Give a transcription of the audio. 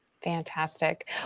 Fantastic